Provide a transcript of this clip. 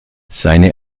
seine